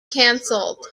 cancelled